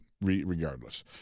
regardless